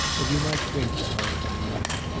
and you might drink to our coming in.